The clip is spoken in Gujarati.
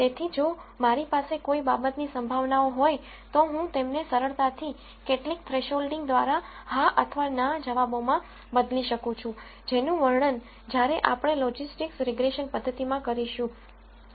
તેથી જો મારી પાસે કોઈ બાબતની સંભાવનાઓ હોય તો હું તેમને સરળતાથી કેટલાક થ્રેશોલ્ડિંગ દ્વારા હા અથવા ના જવાબોમાં બદલી શકું છું જેનું વર્ણન જ્યારે આપણે લોજિસ્ટિક્સ રીગ્રેસનપદ્ધતિમાં કરીશું